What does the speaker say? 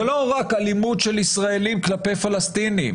זו לא רק אלימות של ישראלים כלפי פלסטינים,